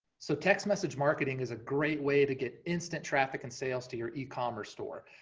so text message marketing is a great way to get instant traffic and sales to your ecommerce store.